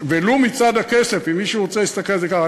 ולו מצד הכסף, אם מישהו רוצה להסתכל על זה ככה.